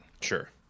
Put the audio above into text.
Sure